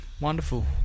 wonderful